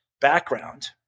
background